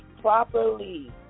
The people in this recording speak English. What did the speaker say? properly